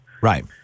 Right